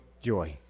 joy